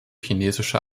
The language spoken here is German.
chinesische